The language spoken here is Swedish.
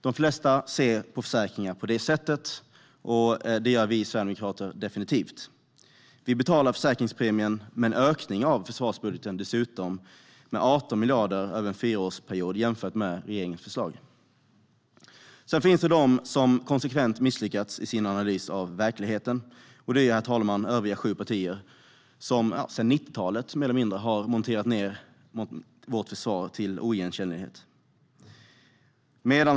Så ser de flesta på försäkringar, och vi sverigedemokrater gör det definitivt. Vi betalar dessutom försäkringspremien genom en ökning av försvarsbudgeten med 18 miljarder över en fyraårsperiod jämfört med regeringens förslag. Det finns de som konsekvent misslyckas i sin analys av verkligheten, och det är övriga sju partier. Sedan 90-talet har de monterat ned vårt försvar till oigenkännlighet.